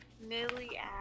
Millie